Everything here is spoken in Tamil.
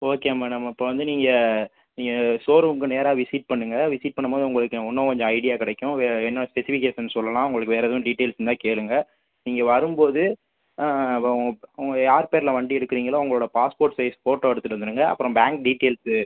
ஓகே மேடம் அப்போ வந்து நீங்கள் நீங்கள் ஷோரூம்க்கு நேராக விசிட் பண்ணுங்கள் விசிட் பண்ணும்போது உங்களுக்கு இன்னும் கொஞ்சம் ஐடியா கிடைக்கும் வே இன்னும் ஸ்பெசிஃபிகேஷன்ஸ் சொல்லலாம் உங்களுக்கு வேற எதுவும் டீட்டெயில்ஸ் இருந்தால் கேளுங்கள் நீங்கள் வரும்போது ப உங்கள் யார் பேர்ல வண்டி எடுக்குறீங்களோ அவங்களோட பாஸ்போட் சைஸ் ஃபோட்டோ எடுத்துட்டு வந்துடுங்கள் அப்புறம் பேங்க் டீட்டெயில்ஸு